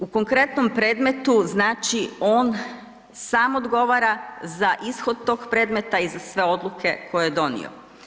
U konkretnom predmetu znači on sam odgovara za ishod tog predmeta i za sve odluke koje je donio.